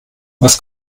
was